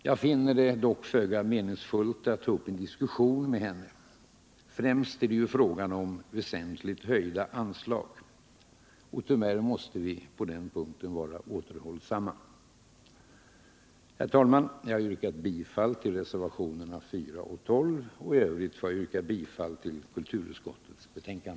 Jag finner det dock föga meningsfullt att ta upp en diskussion med henne. Främst är det ju fråga om väsentligt höjda anslag, och tyvärr måste vi vara återhållsamma på den punkten. Herr talman! Jag har yrkat bifall till reservationerna 4 och 12. I övrigt får jag yrka bifall till kulturutskottets hemställan.